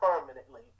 permanently